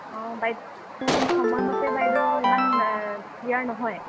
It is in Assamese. অঁ সময়মতে বাইদেউ ইমান ক্লিয়াৰ নহয়